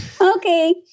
okay